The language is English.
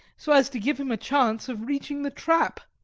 so as to give him a chance of reaching the trap.